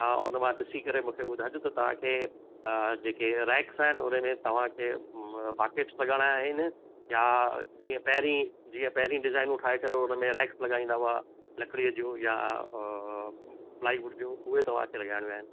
हा उन मां ॾिसी करे मूंखे ॿुधाइजो त तव्हांखे अ जेके रैक्स आहिनि उनमें तव्हांखे म बाकेट्स लॻाइणा आहिनि या जीअं पहिरीं जीअं पहिरीं डिजाइनियूं ठाए करे उनमें रैक्स लॻाईंदा हुआ लकड़ीअ जो या प्लाइवुड जो उहे तव्हांखे लॻाइणियूं आहिनि